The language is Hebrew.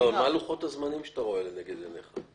מה לוחות הזמנים שאתה רואה לנגד עינייך?